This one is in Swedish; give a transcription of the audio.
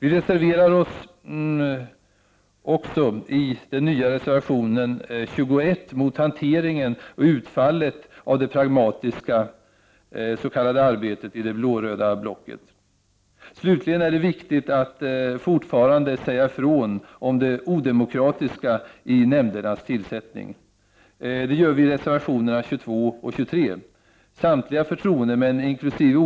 I den nya reservationen 21 reserverar vi oss mot hanteringen och utfallet av det pragmatiska ”arbetet” i det blåröda blocket. Slutligen är det viktigt att fortfarande säga ifrån om det odemokratiska i nämndernas tillsättning. Det gör vi i reservationerna 22 och 23. Samtliga förtroendemän inkl.